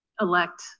elect